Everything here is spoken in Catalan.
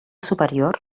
superior